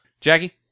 Jackie